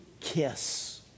kiss